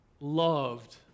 loved